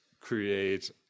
create